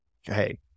hey